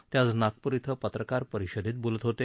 ते आज नागपूर क्विं पत्रकार परिषदेत बोलत होते